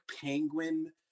penguin